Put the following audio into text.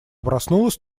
проснулась